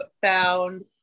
found